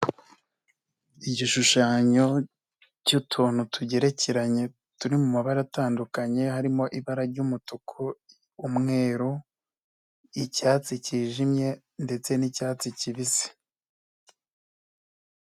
Igishushanyo cy'utuntu tugerekeranye turi mu mabara atandukanye harimo ibara ry'umutuku, umweru icyatsi cyijimye ndetse n'icyatsi kibisi.